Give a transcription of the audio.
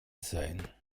sein